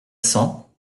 cents